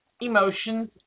emotions